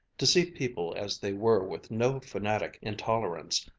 to see people as they were with no fanatic intolerance,